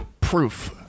proof